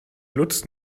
lutz